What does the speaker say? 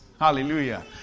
hallelujah